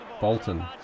Bolton